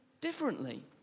differently